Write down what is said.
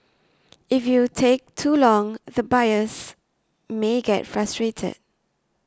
if you take too long the buyers may get frustrated